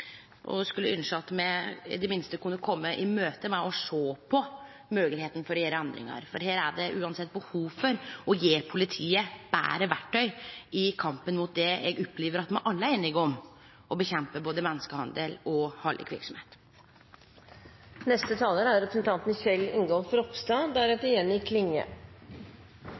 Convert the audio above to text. Eg skulle ønskje at ein i det minste kunne kome oss i møte med å sjå på moglegheita for å gjere endringar. For her er det uansett behov for å gje politiet betre verktøy i kampen mot det eg opplever at me alle er einige om – å nedkjempe både menneskehandel og